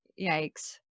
yikes